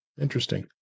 Interesting